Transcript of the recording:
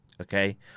okay